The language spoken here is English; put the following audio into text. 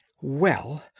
Well